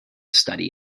study